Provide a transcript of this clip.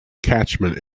catchment